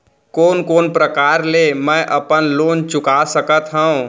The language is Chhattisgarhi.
कोन कोन प्रकार ले मैं अपन लोन चुका सकत हँव?